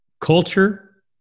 culture